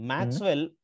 Maxwell